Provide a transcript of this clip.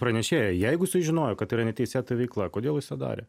pranešėją jeigu sužinojo kad yra neteisėta veikla kodėl jis tą darė